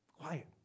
Quiet